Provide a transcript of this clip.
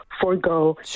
forego